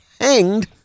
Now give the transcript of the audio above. hanged